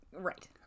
right